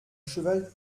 cheval